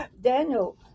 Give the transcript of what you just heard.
Daniel